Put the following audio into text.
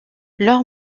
leur